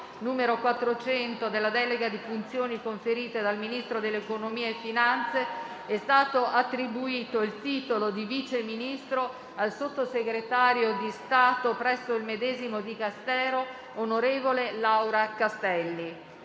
n. 400, della delega di funzioni conferite dal Ministro dell'economia e delle finanze, è stato attribuito il titolo di Vice Ministro al Sottosegretario di Stato presso il medesimo Dicastero on. Laura CASTELLI